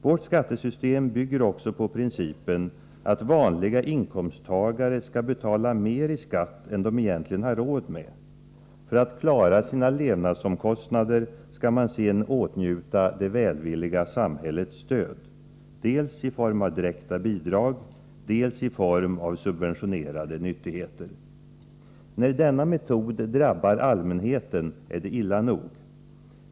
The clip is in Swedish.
Vårt skattesystem bygger också på principen att vanliga inkomsttagare skall betala mer i skatt än de egentligen har råd med. För att klara sina levnadsomkostnader skall man sedan åtnjuta det välvilliga samhällets stöd, dels i form av direkta bidrag, dels i form av subventionerade nyttigheter. När denna metod drabbar allmänheten är det illa nog.